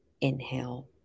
Inhale